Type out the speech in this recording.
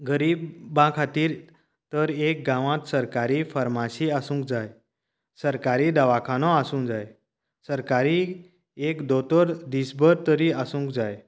गरीबां खातीर तर एक गांवांत सरकारी फार्मासी आसूंक जाय सरकारी दवाखानो आसूंक जाय सरकारी एक दोतोर दीसभर तरी आसूंक जाय